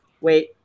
Wait